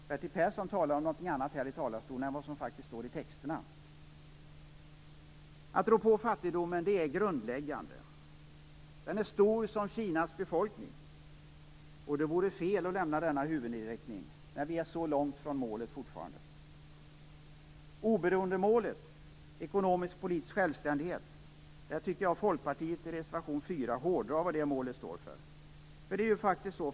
Bertil Persson talade här i talarstolen om något annat än det som faktiskt står i texterna. Att rå på fattigdomen är alltså grundläggande. Den är stor som Kinas befolkning. Det vore fel att lämna den huvudinriktningen när vi fortfarande befinner oss så långt från målet. Jag tycker att Folkpartiet i reservation 4 hårdrar vad oberoendemålet, ekonomisk och politisk självständighet, står för.